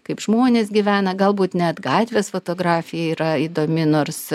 kaip žmonės gyvena galbūt net gatvės fotografija yra įdomi nors